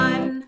One